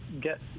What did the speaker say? get